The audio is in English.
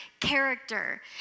Character